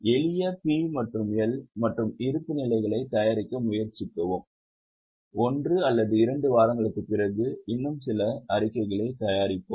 எளிய P மற்றும் L மற்றும் இருப்புநிலைகளைத் தயாரிக்க முயற்சிக்கவும் ஒன்று அல்லது இரண்டு வாரங்களுக்குப் பிறகு இன்னும் சில அறிக்கைகள் தயாரிப்போம்